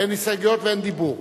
אין הסתייגויות ואין דיבור.